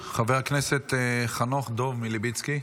חבר הכנסת חנוך דב מלביצקי,